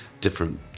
different